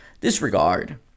disregard